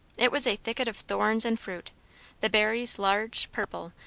it was a thicket of thorns and fruit the berries, large, purple,